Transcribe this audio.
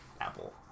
apple